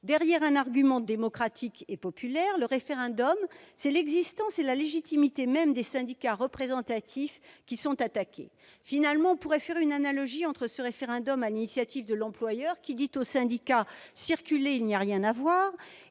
Derrière un argument démocratique et populaire- le référendum -, c'est l'existence et la légitimité mêmes des syndicats représentatifs qui sont attaquées. Finalement, on pourrait faire une analogie entre ce référendum à l'initiative de l'employeur visant à dire aux syndicats « circulez, il n'y a rien à voir »